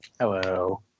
Hello